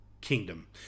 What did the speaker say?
Kingdom